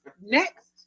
Next